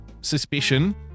suspicion